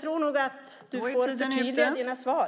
tror nog att statsrådet får .